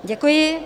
Děkuji.